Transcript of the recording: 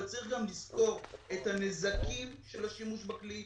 אבל צריך לזכור גם את הנזקים של השימוש בכלי.